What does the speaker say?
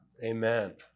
Amen